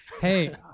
Hey